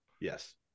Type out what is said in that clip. yes